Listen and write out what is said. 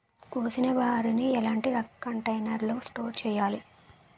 కోసిన వరిని ఎలాంటి కంటైనర్ లో స్టోర్ చెయ్యాలి?